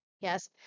Yes